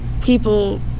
people